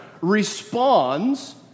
responds